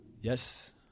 Yes